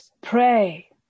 Pray